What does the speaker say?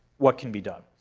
what can be done?